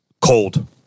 cold